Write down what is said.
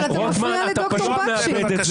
אבל אתה מפריע לד"ר בקשי.